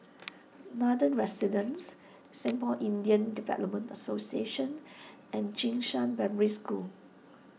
Nathan Residences Singpore Indian Development Association and Jing Shan Primary School